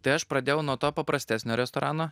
tai aš pradėjau nuo to paprastesnio restorano